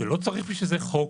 לא צריך בשביל זה חוק.